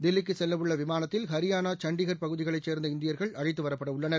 தில்லிக்கு செல்ல உள்ள விமானத்தில் ஹரியானா சண்டிகள் பகுதிகளள சேர்ந்த இந்தியர்கள் அழைத்து வரப்பட உள்ளனர்